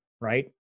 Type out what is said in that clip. right